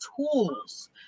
tools